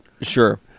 Sure